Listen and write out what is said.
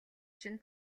чинь